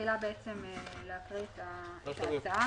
אתחיל להקריא את ההצעה.